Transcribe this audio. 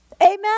Amen